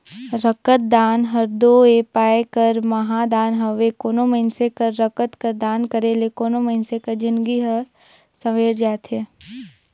रकतदान हर दो ए पाए कर महादान हवे कोनो मइनसे कर रकत कर दान करे ले कोनो मइनसे कर जिनगी हर संवेर जाथे